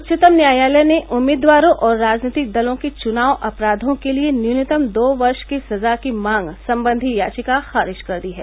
उच्चतम न्यायालय ने उम्मीदवारों और राजनीतिक दलों के चुनाव अपराधों के लिए न्यूनतम दो वर्ष की सजा की मांग संबंधी याचिका खारिज कर दी है